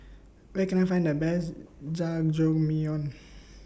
Where Can I Find The Best Jajangmyeon